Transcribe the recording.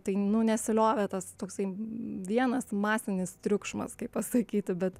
tai nu nesiliovė tas toksai vienas masinis triukšmas kaip pasakyti bet